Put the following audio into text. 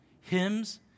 hymns